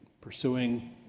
pursuing